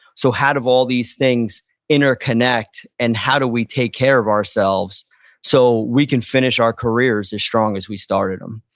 so, how do all these things interconnect and how do we take care of ourselves so we can finish our careers as strong as we started them?